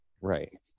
right